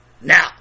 Now